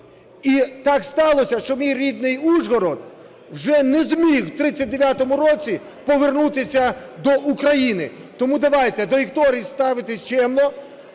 І так сталося, що мій рідний Ужгород вже не зміг у 39-му році повернутися до України. Тому давайте до історії ставитися чемно.